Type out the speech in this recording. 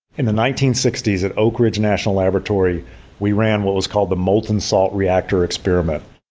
in the nineteen sixty s at oak ridge national laboratory we ran what was called the molten salt reactor experiment.